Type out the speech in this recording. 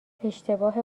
اشتباه